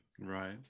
Right